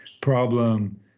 problem